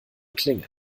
klingen